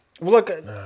Look